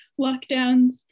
lockdowns